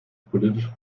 politisch